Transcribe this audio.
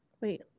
wait